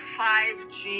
5g